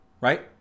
right